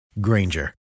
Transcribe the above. Granger